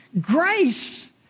Grace